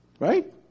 Right